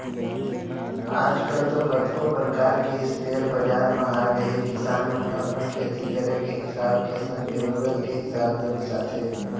आजकल तो कतको परकार के इस्पेयर बजार म आगेहे किसान मन ह अपन खेती करे के हिसाब के संग जरुरत के हिसाब ले बिसाथे